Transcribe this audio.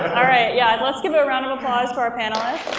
alright, yeah, let's give a round of applause to our panelists